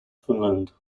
finland